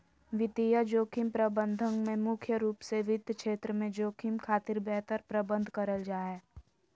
वित्तीय जोखिम प्रबंधन में मुख्य रूप से वित्त क्षेत्र में जोखिम खातिर बेहतर प्रबंध करल जा हय